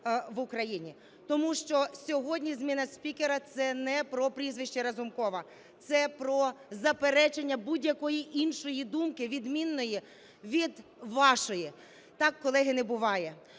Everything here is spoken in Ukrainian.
в Україні. Тому що сьогодні зміна спікера – це не про прізвище Разумкова, це про заперечення будь-якої іншої думки, відмінної від вашої. Так, колеги, не буває.